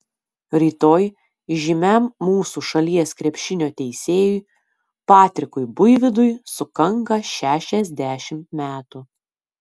rytoj žymiam mūsų šalies krepšinio teisėjui patrikui buivydui sukanka šešiasdešimt metų